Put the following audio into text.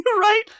Right